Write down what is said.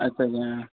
अच्छा अच्छा